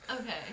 Okay